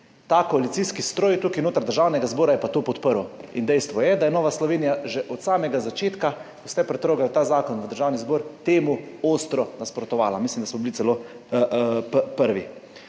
ta koalicijski stroj tukaj notri v Državnem zboru pa je to podprl. In dejstvo je, da je Nova Slovenija že od samega začetka, ko ste privlekli ta zakon v Državni zbor, temu ostro nasprotovala. Mislim, da smo bili celo prvi.